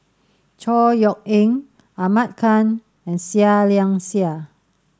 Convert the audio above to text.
Chor Yeok Eng Ahmad Khan and Seah Liang Seah